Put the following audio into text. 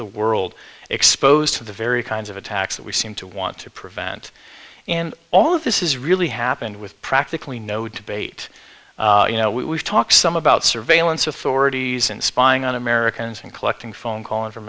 the world exposed to the very kinds of attacks that we seem to want to prevent and all of this is really happened with practically no debate you know we talk some about surveillance authorities in spying on americans and collecting phone call in